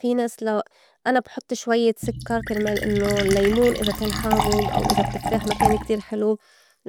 في ناس لأ أنا بحُط شويّة سكّر كرمال إنّو اللّيمون إذا كان حامُض أو إذا التفّاح ما كان كتير حلو